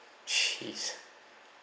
cheese